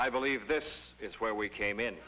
i believe this is where we came in